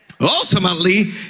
Ultimately